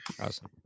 Awesome